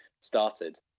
started